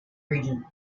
region